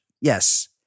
Yes